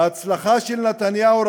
ההצלחה של נתניהו,